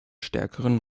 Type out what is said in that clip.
stärkeren